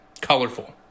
colorful